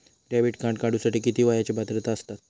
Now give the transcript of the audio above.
Debit card काढूसाठी किती वयाची पात्रता असतात?